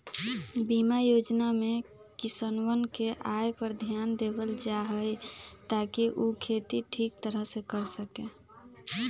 बीमा योजना में किसनवन के आय पर ध्यान देवल जाहई ताकि ऊ खेती ठीक तरह से कर सके